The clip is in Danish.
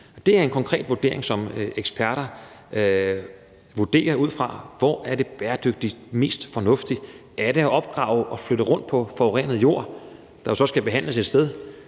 Det er en konkret vurdering, som eksperter laver, ud fra hvor det bæredygtigt er mest fornuftigt: Er det at opgrave og flytte rundt på forurenet jord, der jo så skal behandles og